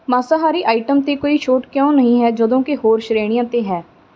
ਮਾਸਾਹਾਰੀ ਆਈਟਮ 'ਤੇ ਕੋਈ ਛੋਟ ਕਿਉਂ ਨਹੀਂ ਹੈ ਜਦੋਂ ਕਿ ਹੋਰ ਸ਼੍ਰੇਣੀਆਂ 'ਤੇ ਹੈ